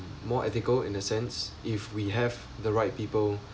more ethical in the sense if we have the right people